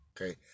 Okay